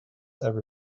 ever